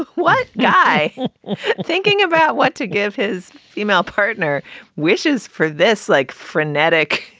what guy thinking about what to give his female partner wishes for this, like frenetic,